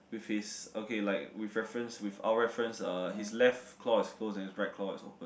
with his okay like with reference with our reference uh his left claw is closed and right claw is open